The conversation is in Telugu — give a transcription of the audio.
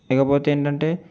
ఇకపోతే ఏంటంటే